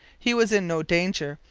he was in no danger.